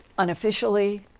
unofficially